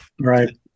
right